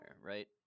right